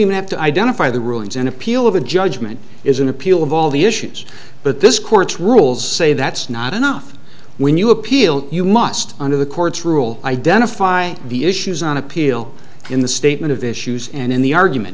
you have to identify the rulings an appeal of a judgment is an appeal of all the issues but this court's rules say that's not enough when you appeal you must under the courts rule identify the issues on appeal in the statement of issues and in the argument